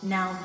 Now